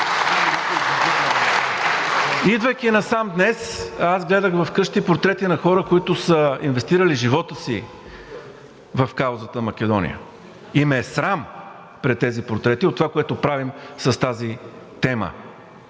Идвайки насам днес, а аз гледах вкъщи портрети на хора, които са инвестирали живота си в каузата Македония, и ме е срам пред тези портрети – от това, което правим с тази тема,